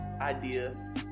idea